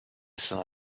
sono